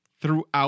Throughout